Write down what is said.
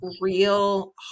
real